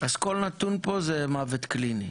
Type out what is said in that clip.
אז כל נתון פה זה מוות קליני.